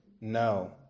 No